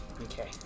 Okay